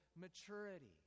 maturity